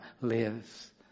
Lives